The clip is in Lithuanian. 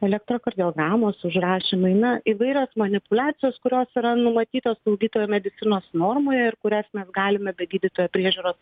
elektrokardiogramos užrašymai na įvairios manipuliacijos kurios yra numatytos slaugytojo medicinos normoje ir kurias mes galime be gydytojo priežiūros